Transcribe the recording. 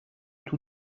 tout